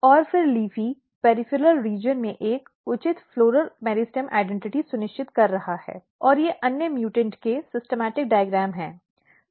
और फिर LEAFY परिधीय क्षेत्र में एक उचित फ़्लॉरल मेरिस्टम पहचान सुनिश्चित कर रहा है और ये अन्य म्यूटेंट के विशिष्ट योजनाबद्ध आरेख हैं